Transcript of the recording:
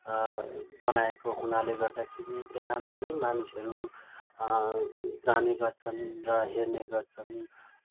बनाएको हुनाले गर्दाखेरि त्यहाँ धेरै मानिसहरू जाने गर्छन् र हेर्ने गर्छन्